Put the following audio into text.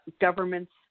governments